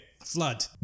Flood